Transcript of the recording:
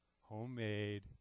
homemade